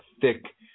thick